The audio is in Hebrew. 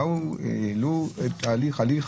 באו והעלו הליך